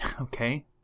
okay